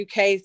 UK